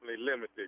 limited